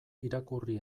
irakurri